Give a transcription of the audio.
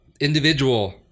individual